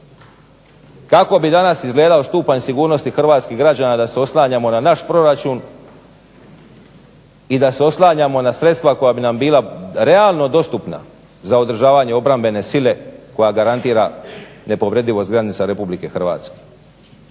Kako bi danas izgledao stupanj sigurnosti hrvatskih građana da se oslanjamo na naš proračun i da se oslanjamo na sredstva koja bi nam bila realno dostupno za održavanje obrambene sile koja garantira nepovredivost granice Republike Hrvatske.